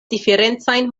diferencajn